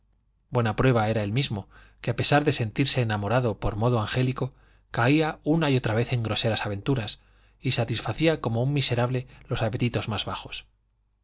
buena prueba era él mismo que a pesar de sentirse enamorado por modo angélico caía una y otra vez en groseras aventuras y satisfacía como un miserable los apetitos más bajos